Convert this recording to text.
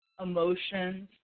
emotions